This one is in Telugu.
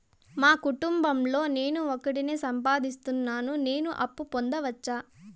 మా కుటుంబం లో నేను ఒకడినే సంపాదిస్తున్నా నేను అప్పు పొందొచ్చా